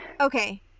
Okay